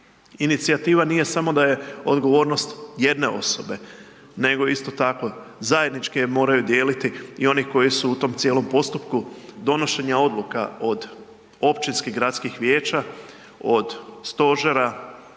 Inicijativa nije samo da je odgovornost jedne osobe, nego isto tako zajednički je moraju dijeliti i oni koji su u tom cijelom postupku donošenja odluka od općinskih gradskih vijeća, od stožera